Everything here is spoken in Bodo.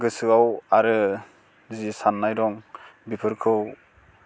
गोसोयाव आरो जि सान्नाय दं बेफोरखौ